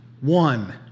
One